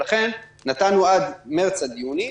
לכן נתנו מרץ עד יוני,